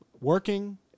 working